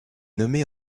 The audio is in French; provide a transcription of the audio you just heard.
nommé